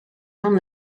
john